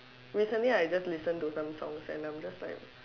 recently I just listened to some songs and I'm just like